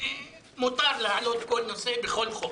מותר להעלות כל נושא בכל תחום